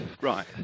Right